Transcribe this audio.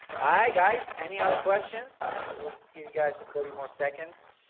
ah guys, any other questions? we'll give you guys a thirty more seconds.